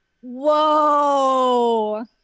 whoa